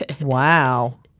Wow